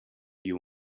you